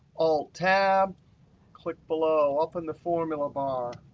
alt-tab, click below, open the formula bar.